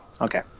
okay